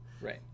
Right